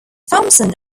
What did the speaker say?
thomson